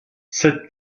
cette